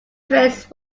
trains